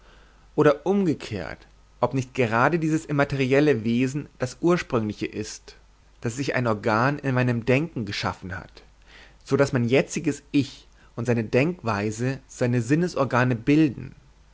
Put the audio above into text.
oder umgekehrt ob nicht gerade dieses immaterielle wesen das ursprüngliche ist das sich ein organ in meinem denken geschaffen hat so daß mein jetziges ich und seine denkweisen seine sinnesorgane bilden